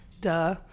Duh